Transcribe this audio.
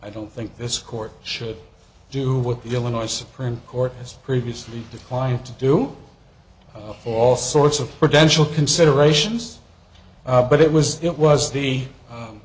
i don't think this court should do what the illinois supreme court has previously declined to do all sorts of potential considerations but it was it was the